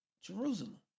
Jerusalem